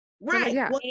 Right